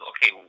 Okay